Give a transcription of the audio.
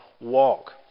walk